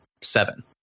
seven